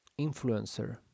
influencer